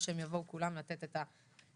ושהם יבואו כולם לתת את התשובות.